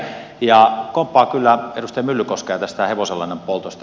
komppaan kyllä edustaja myllykoskea tästä hevosenlannan poltosta